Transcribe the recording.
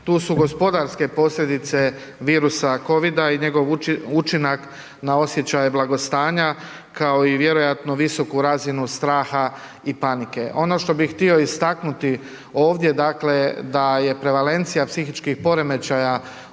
tu su gospodarske posljedice virusa Covida i njegov učinak na osjećaje blagostanja, kao i vjerojatno visoku razinu straha i panike. Ono što bih htio istaknuti ovdje, dakle da je prevalencija psihičkih poremećaja